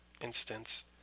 instance